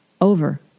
over